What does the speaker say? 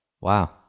wow